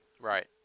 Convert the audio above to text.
Right